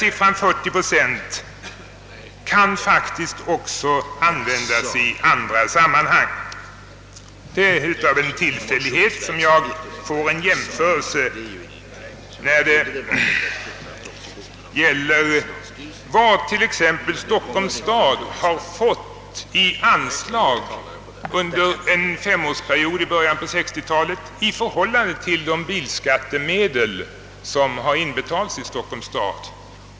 Siffran 40 procent kan faktiskt också ses i andra sammanhang. Av en ren tillfällighet kan det göras en jämförelse med vad exempelvis Stockholms stad fått i anslag under en femårsperiod i början av 1960-talet och de bilskattemedel som inbetalats i Stockholms stad.